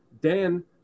Dan